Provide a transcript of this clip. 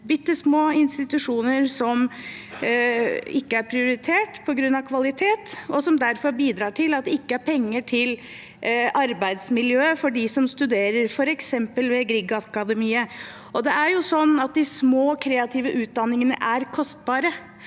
bitte små institusjoner som ikke er prioritert på grunn av kvalitet, og som derfor bidrar til at det ikke er penger til arbeidsmiljøet for dem som studerer ved f.eks. Griegakademiet. De små og kreative utdanningene er kostbare,